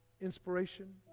inspiration